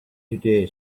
today